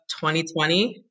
2020